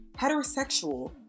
heterosexual